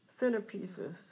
centerpieces